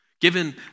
Given